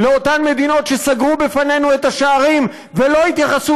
לאותן מדינות שסגרו בפנינו את השערים ולא התייחסו